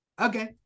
Okay